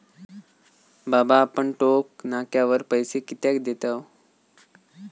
बाबा आपण टोक नाक्यावर पैसे कित्याक देतव?